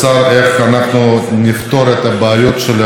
אבל עדיין לדעתי נשארה הנישה,